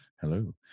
hello